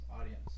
audience